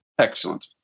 Excellent